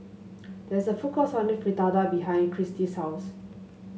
there is a food court selling Fritada behind Christy's house